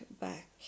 back